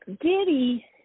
Diddy